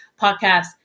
podcast